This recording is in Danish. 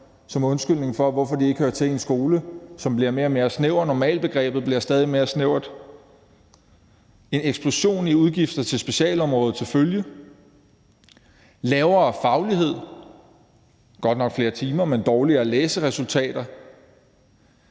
som undskyldning for, hvorfor de ikke hører til i en skole, som bliver mere og mere snæver. Normalitetsbegrebet bliver stadig mere snævert med en eksplosion i udgifter til specialområdet til følge. Der er lavere faglighed – godt nok flere timer, men dårligere læseresultater.